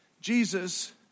Jesus